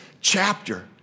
chapter